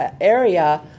area